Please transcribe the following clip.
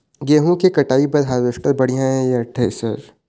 गेहूं के कटाई बर हारवेस्टर बढ़िया ये या थ्रेसर?